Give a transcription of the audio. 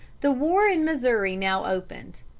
the war in missouri now opened.